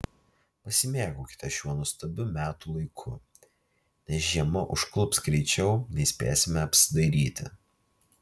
pasimėgaukite šiuo nuostabiu metų laiku nes žiema užklups greičiau nei spėsime apsidairyti